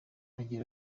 agira